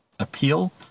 appeal